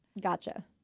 gotcha